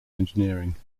engineering